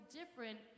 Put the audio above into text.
different